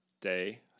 Day